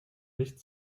nicht